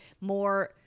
more